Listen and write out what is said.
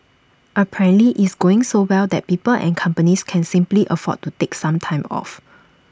apparently it's going so well that people and companies can simply afford to take some time off